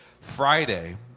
Friday